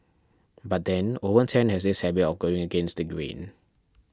but then Owen Tan has this habit of going against the grain